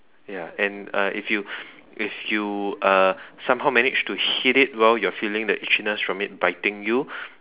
ya and uh if you if you uh somehow managed to hit it while you are feeling the itchiness from it biting you